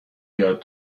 یاد